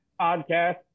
podcast